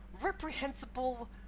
reprehensible